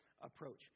approach